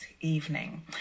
evening